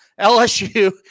lsu